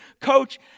Coach